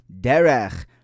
derech